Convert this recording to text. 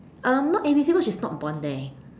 um not eligible she is not born there